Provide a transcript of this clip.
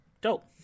Dope